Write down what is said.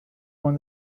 one